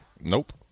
Nope